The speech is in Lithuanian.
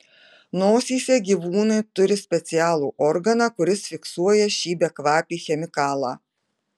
nosyse gyvūnai turi specialų organą kuris fiksuoja šį bekvapį chemikalą